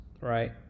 right